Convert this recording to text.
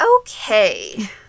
Okay